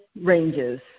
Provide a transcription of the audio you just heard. ranges